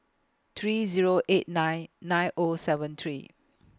three Zero eight nine nine O seven three